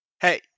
Hey